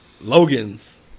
Logan's